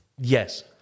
Yes